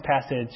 passage